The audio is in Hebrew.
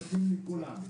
נותנים לכולם,